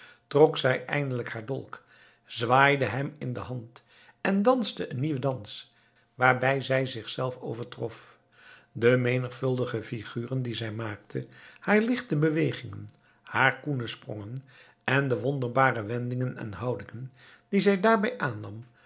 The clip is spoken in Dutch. trok zij eindelijk haar dolk zwaaide hem in de hand en danste een nieuwen dans waarbij zij zichzelf overtrof de menigvuldige figuren die zij maakte haar lichte bewegingen haar koene sprongen en de wonderbare wendingen en houdingen die zij daarbij aannam